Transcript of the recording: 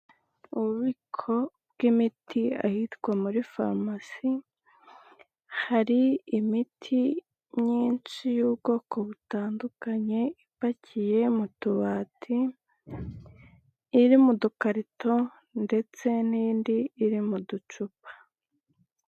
Ububiko bw'imiti ahitwa muri farumasi, hari imiti myinshi y'ubwoko butandukanye, ipakiye mu tubati, iri mu dukarito ndetse n'indi iri mu ducupa.